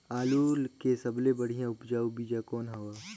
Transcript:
आलू के सबले बढ़िया उपजाऊ बीजा कौन हवय?